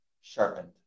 sharpened